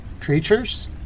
creatures